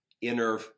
inner